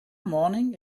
morning